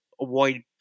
avoid